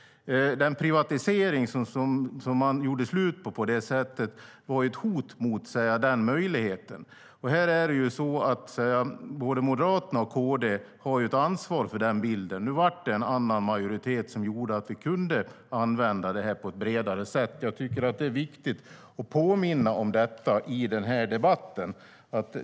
Privatiseringen, som man på det sättet gjorde slut på, var ett hot mot den möjligheten. Både Moderaterna och KD har ett ansvar för den bilden. Nu var det en annan majoritet som gjorde att vi kunde använda det här på ett bredare sätt. Jag tycker att det är viktigt att påminna om detta i den här debatten.